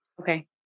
Okay